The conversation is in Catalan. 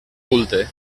culte